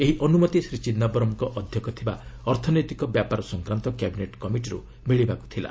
ଏହି ଅନୁମତି ଶ୍ରୀ ଚିଦାୟରମ୍ ଅଧ୍ୟକ୍ଷ ଥିବା ଅର୍ଥନୈତିକ ବ୍ୟାପାର ସଂକ୍ରାନ୍ତ କ୍ୟାବିନେଟ୍ କମିଟିରୁ ମିଳିବାକୁ ଥିଲା